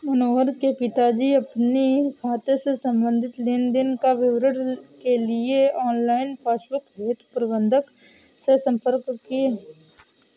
मनोहर के पिताजी अपने खाते से संबंधित लेन देन का विवरण के लिए ऑनलाइन पासबुक हेतु प्रबंधक से संपर्क किए